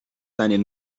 deinen